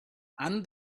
and